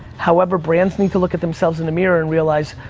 however, brands need to look at themselves in the mirror and realize,